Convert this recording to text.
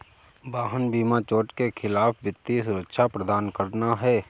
वाहन बीमा चोट के खिलाफ वित्तीय सुरक्षा प्रदान करना है